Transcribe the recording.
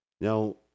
Now